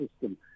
system